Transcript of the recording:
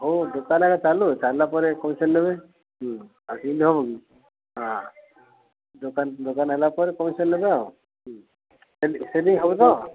ହଉ ଦୋକାନ ଆଗ ଚାଲୁ ଚାଲିଲା ପରେ ହଁ ଦୋକାନ ଦୋକାନ ହେଲା ପରେ ସେଲ୍ ହେବେ ଆଉ ସେ ସେଲିଙ୍ଗ ହେବ ତ